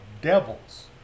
devils